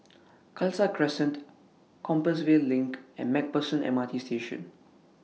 Khalsa Crescent Compassvale LINK and MacPherson M R T Station